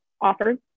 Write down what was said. offers